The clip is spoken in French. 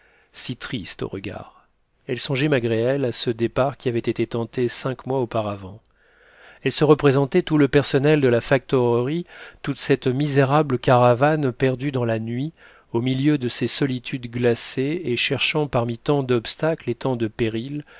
si triste au regard elle songeait malgré elle à ce départ qui avait été tenté cinq mois auparavant elle se représentait tout le personnel de la factorerie toute cette misérable caravane perdue dans la nuit au milieu de ces solitudes glacées et cherchant parmi tant d'obstacles et tant de périls